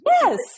yes